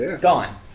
Gone